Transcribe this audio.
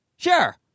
Sure